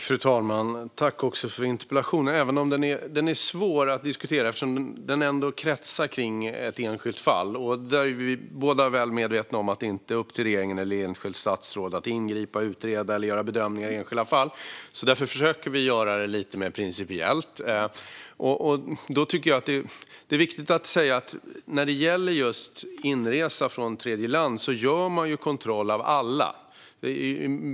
Fru talman! Tack för interpellationen! Den är svår att diskutera eftersom den ändå kretsar kring ett enskilt fall. Vi är båda väl medvetna om att det inte är upp till regeringen eller ett enskilt statsråd att ingripa, utreda eller göra bedömningar i enskilda fall, så därför försöker vi göra detta lite mer principiellt. Jag tycker att det är viktigt att säga att man när det gäller inresa från tredje land gör kontroll av alla.